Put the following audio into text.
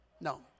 No